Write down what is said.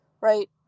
right